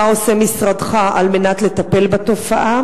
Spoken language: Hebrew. מה עושה משרדך על מנת לטפל בתופעה?